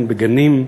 הן בגנים,